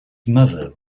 mother